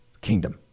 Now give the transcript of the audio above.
kingdom